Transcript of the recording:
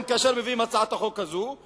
כאשר מביאים את הצעת החוק הזו?